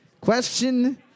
Question